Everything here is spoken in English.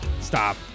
Stop